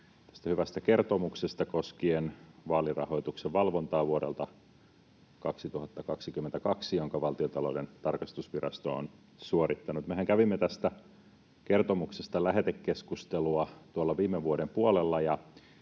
tästä hyvästä kertomuksesta koskien vaalirahoituksen valvontaa vuodelta 2022, jonka Valtiontalouden tarkastusvirasto on suorittanut. Mehän kävimme tästä kertomuksesta lähetekeskustelua tuolla viime vuoden puolella,